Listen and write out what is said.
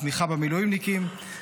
תמיכה במילואימניקים,